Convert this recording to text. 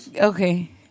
okay